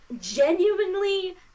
genuinely